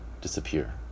disappear